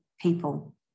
people